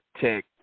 Tech